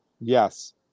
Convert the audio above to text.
Yes